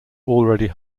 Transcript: already